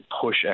push